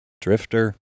drifter